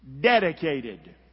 dedicated